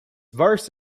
verse